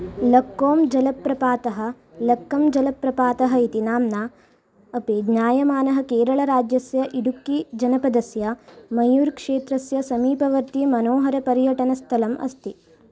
लक्कों जलप्रपातः लक्कं जलप्रपातः इति नाम्ना अपि ज्ञायमानः केरळराज्यस्य इडुक्कीजनपदस्य मयूर् क्षेत्रस्य समीपवर्तिमनोहरपर्यटनस्थलम् अस्ति